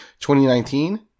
2019